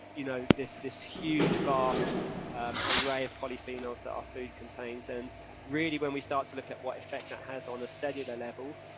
you know this this huge vast um array of polyphenols that our food contains. and really, when we start to look at what effect that has on a cellular level,